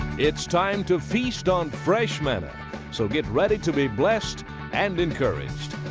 it's time to feast on fresh manna so get ready to be blessed and encouraged.